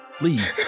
Leave